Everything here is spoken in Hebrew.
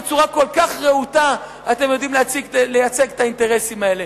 יודעים לייצג בצורה כל כך רהוטה את האינטרסים האלה.